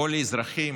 שבו לאזרחים